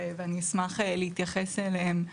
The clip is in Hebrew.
ואני אשמח להתייחס אליהם.